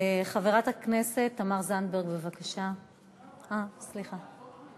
חברת הכנסת תמר זנדברג, בבקשה, אה, סליחה.